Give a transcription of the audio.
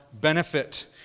benefit